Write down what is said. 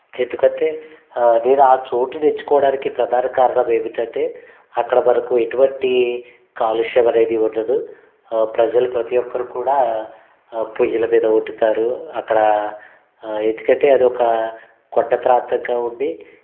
ఎందుకంటే నేను ఆ చోటుని ఎంచుకోవడానికి ప్రధాన కారణం ఏమిటంటే అక్కడ మనకు ఎటువంటి కాలుష్యం అనేది ఉండదు ప్రజలు ప్రతి ఒక్కరు కూడా పొయ్యల మీద వండుతారు అక్కడ ఎందుకంటే అది ఒక కొండ ప్రాంతంగా ఉండి